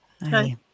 Hi